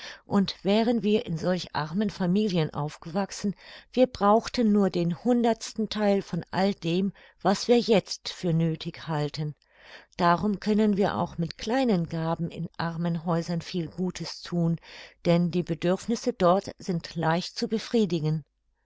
und wären wir in solch armen familien aufgewachsen wir brauchten nur den hundertsten theil von all dem was wir jetzt für nöthig halten darum können wir auch mit kleinen gaben in armen häusern viel gutes thun denn die bedürfnisse dort sind leicht zu befriedigen